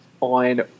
on